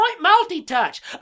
multi-touch